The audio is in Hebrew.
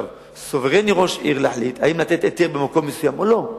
ראש עיר סוברני להחליט אם לתת היתר במקום מסוים או לא,